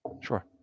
Sure